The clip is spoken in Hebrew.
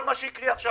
כל מה שיקרה עכשיו,